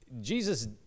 Jesus